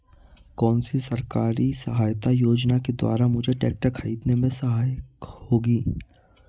कौनसी सरकारी सहायता योजना के द्वारा मुझे ट्रैक्टर खरीदने में सहायक होगी?